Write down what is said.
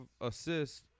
assists